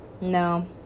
no